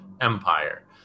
empire